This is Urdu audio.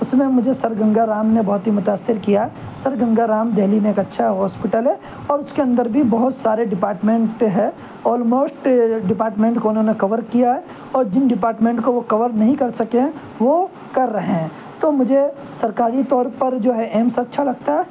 اس میں مجھے سر گنگا رام نے بہت ہی متأثر کیا سر گنگا رام دہلی میں ایک اچھا ہاسپٹل ہے اور اس کے اندر بھی بہت سارے ڈپارٹمنٹ ہے آلموسٹ ڈپارٹمنٹ کو انہوں نے کور کیا جن ڈپارٹمنٹ کو وہ کور نہیں کر سکے ہیں وہ کر رہے ہیں تو مجھے سرکاری طور پر جو ہے ایمس اچھا لگتا ہے